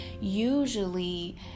usually